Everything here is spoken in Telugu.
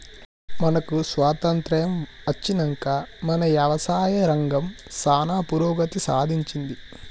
మనకు స్వాతంత్య్రం అచ్చినంక మన యవసాయ రంగం సానా పురోగతి సాధించింది